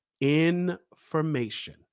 information